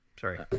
Sorry